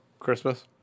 Christmas